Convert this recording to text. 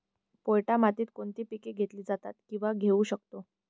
पोयटा मातीत कोणती पिके घेतली जातात, किंवा घेऊ शकतो?